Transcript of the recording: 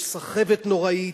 יש סחבת נוראית,